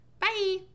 bye